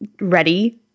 ready